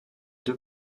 deux